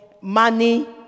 money